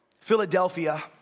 Philadelphia